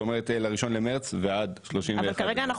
זאת אומרת 1 למרץ ועד 31. אבל כרגע אנחנו